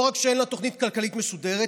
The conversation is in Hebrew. לא רק שאין לה תוכנית כלכלית מסודרת,